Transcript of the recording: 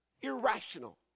irrational